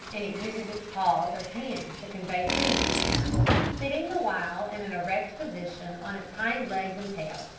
and it uses its paws as hands to convey food to its mouth, sitting the while in an erect position on its hind-legs and tail.